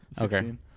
Okay